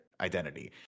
identity